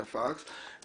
את הפקס,